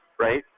right